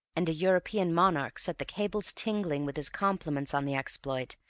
and a european monarch set the cables tingling with his compliments on the exploit,